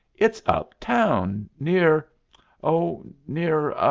it's up-town near oh, near